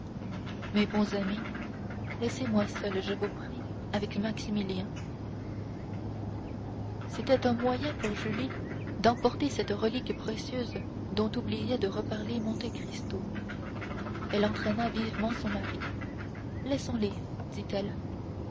mes bons amis laissez-moi seul je vous prie avec maximilien c'était un moyen pour julie d'emporter cette relique précieuse dont oubliait de reparler monte cristo elle entraîna vivement son mari laissons-les dit-elle